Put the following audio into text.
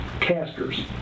casters